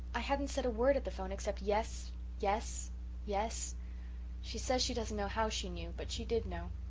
i hadn't said a word at the phone except yes yes yes she says she doesn't know how she knew, but she did know.